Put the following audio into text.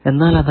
എന്നാൽ അതല്ല